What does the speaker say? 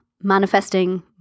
manifesting